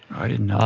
i didn't know